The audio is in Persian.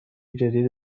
جدید